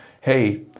hey